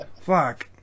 fuck